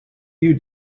you